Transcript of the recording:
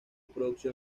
producción